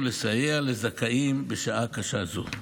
ולסייע לזכאים בשעה קשה זו.